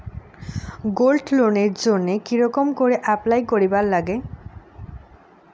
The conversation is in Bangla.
গোল্ড লোনের জইন্যে কি রকম করি অ্যাপ্লাই করিবার লাগে?